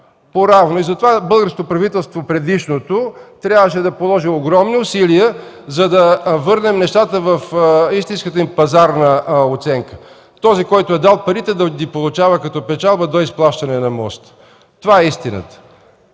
предишното българско правителство трябваше да положи огромни усилия, за да върнем нещата в истинската им пазарна оценка – този, който е дал парите, да ги получава като печалба до изплащане на моста. Това е истината.